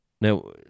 now